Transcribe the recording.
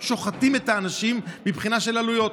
שוחטים את האנשים מבחינה של עלויות.